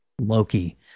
Loki